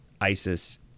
Isis